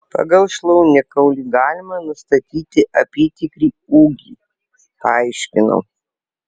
pagal šlaunikaulį galima nustatyti apytikrį ūgį paaiškinau